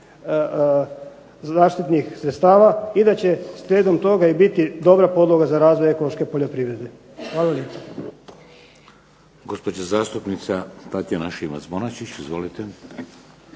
zaštitnih sredstava i da će slijedom toga i biti dobra podloga za razvoj ekološke poljoprivrede. Hvala